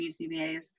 BCBAs